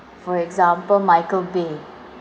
for example michael bay